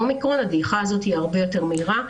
באומיקרון הדעיכה הזאת הרבה יותר מהירה,